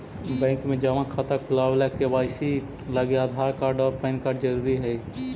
bank में जमा खाता खुलावे ला के.वाइ.सी लागी आधार कार्ड और पैन कार्ड ज़रूरी हई